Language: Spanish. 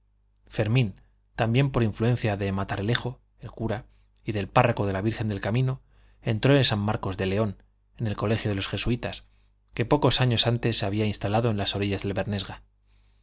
fermín también por influencia de matalerejo el cura y del párroco de la virgen del camino entró en san marcos de león en el colegio de los jesuitas que pocos años antes se habían instalado en las orillas del bernesga